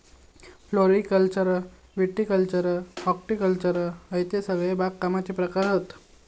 floriculture viticulture horticulture हयते सगळे बागकामाचे प्रकार हत